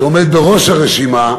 שעומד בראש הרשימה,